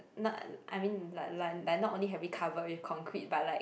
not I mean like like like not only have we covered with concrete but like